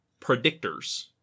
predictors